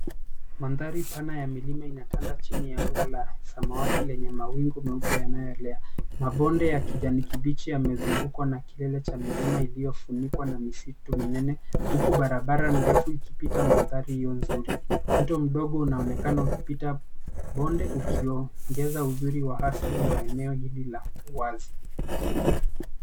Mandhari pana ya milima inatanda chini ya anga la samawati lenye mawingu meupe yanayoelea. Mabonde ya kijani kibichi yamezungukwa na kilele cha milima iliyofunikwa na misitu minene huku barabara ndefu ikipita mandhari hiyo nzuri. Mto mdogo unaonekana ukipita bonde ukiongeza uzuri wa asili wa eneo hili la uwazi.